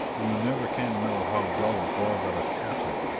you never can know how dull it was at okata.